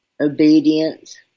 obedience